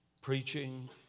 preaching